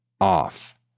off